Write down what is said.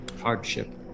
hardship